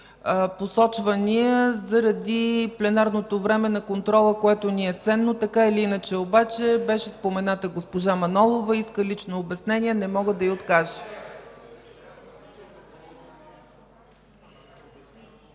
посочвания заради пленарното време на контрола, което ни е ценно. Така или иначе обаче беше спомената госпожа Манолова. Иска лично обяснение, не мога да й откажа.